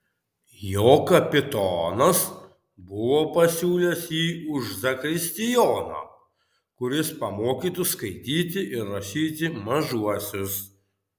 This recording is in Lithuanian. jo kapitonas buvo pasiūlęs jį už zakristijoną kuris pamokytų skaityti ir rašyti mažuosius